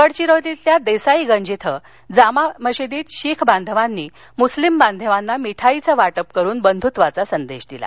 गडघिरोलीतल्या देसाईगंज इथं जामा मशिदीत शीख बांधवांनी मुस्लीम बांधवांना मिठाईचं वाटप करून बंधुत्वाचा संदेश दिला